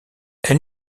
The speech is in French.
elle